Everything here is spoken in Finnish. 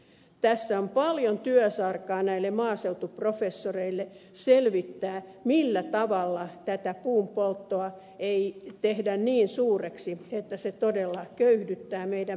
tässä on paljon työsarkaa näille maaseutuprofessoreille selvittää millä tavalla tätä puunpolttoa ei tehdä niin suureksi että se todella köyhdyttää meidän metsävarojamme